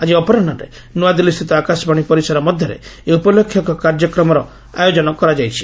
ଆଜି ଅପରାହ୍ୱରେ ନୂଆଦିଲ୍ଲୀ ସ୍ଥିତ ଆକାଶବାଣୀ ପରିସର ମଧ୍ୟରେ ଏହି ଉପଲକ୍ଷେ ଏକ କାର୍ଯ୍ୟକ୍ରମର ଆୟୋଜନ କରାଯାଇଛି